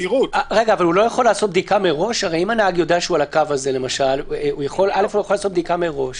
יודע שהוא על הקו הזה, הוא יכול לעשות בדיקה מראש.